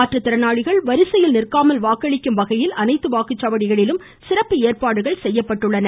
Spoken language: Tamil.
மாற்றுத்திறனாளிகள் வரிசையில் நிற்காமல் வாக்களிக்கும் வகையில் அனைத்து வாக்குச்சாவடியிலும் சிறப்பு ஏற்பாடுகள் செய்யப்பட்டுள்ளன